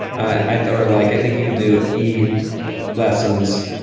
i thought like i think he can do e lessons